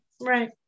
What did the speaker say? right